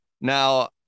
Now